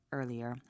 earlier